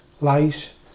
lies